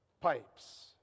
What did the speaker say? pipes